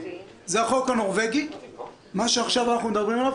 החוק הנורווגי שעכשיו אנחנו מדברים עליו,